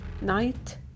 night